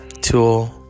tool